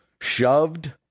shoved